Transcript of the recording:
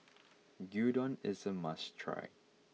Gyudon is a must try